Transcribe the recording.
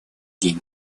день